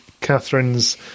Catherine's